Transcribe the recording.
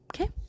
Okay